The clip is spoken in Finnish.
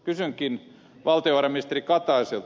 kysynkin valtiovarainministeri kataiselta